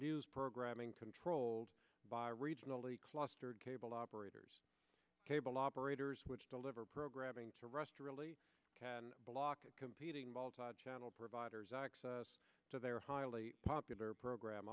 news programming controlled by regionally clustered cable operators cable operators which deliver programming to rust really can block competing involves channel providers access to their highly popular program